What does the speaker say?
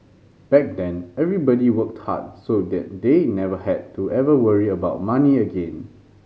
back then everybody worked hard so that they never had to ever worry about money again